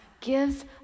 gives